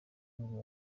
nibwo